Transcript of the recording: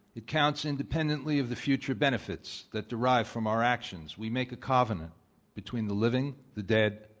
it counts independently of the future benefits that derive fr om our actions. we make a covenant between the living, the dead,